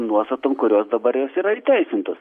nuostatom kurios dabar jos yra įteisintos